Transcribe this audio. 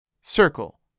Circle